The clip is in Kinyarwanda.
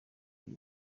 ibi